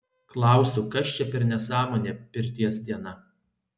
klausiu kas čia per nesąmonė pirties diena